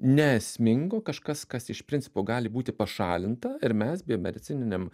ne esmingo kažkas kas iš principo gali būti pašalinta ir mes biomedicininiam